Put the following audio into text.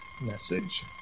message